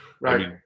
right